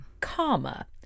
Karma